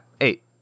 eight